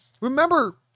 remember